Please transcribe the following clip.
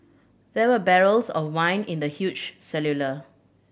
there were barrels of wine in the huge